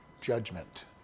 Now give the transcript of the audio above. judgment